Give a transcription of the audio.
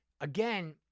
again